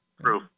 True